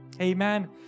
Amen